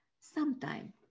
sometime